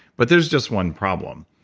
but there's just one problem,